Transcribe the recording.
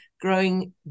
growing